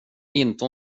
inte